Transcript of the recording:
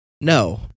no